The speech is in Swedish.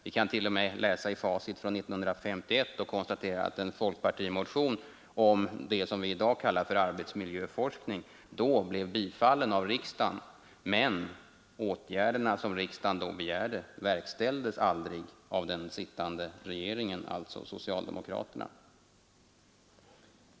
Vi kan t.o.m. läsa i facit från 1951 och konstatera att en folkpartimotion om det som vi i dag kallar arbetsmiljöforskning då blev bifallen av riksdagen, men åtgärderna som riksdagen då begärde vidtogs aldrig av den sittande regeringen, alltså socialdemokraterna.